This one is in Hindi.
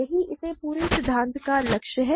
यही इस पूरे सिद्धांत का लक्ष्य है